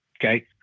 okay